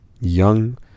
young